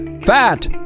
fat